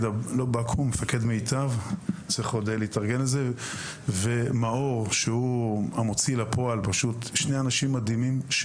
מיטב ומרס"ן מאור כהן שהם שני אנשים מדהימים.